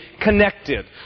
connected